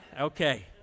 Okay